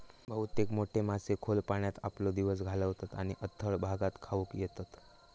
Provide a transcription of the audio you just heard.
बहुतेक मोठे मासे खोल पाण्यात आपलो दिवस घालवतत आणि उथळ भागात खाऊक येतत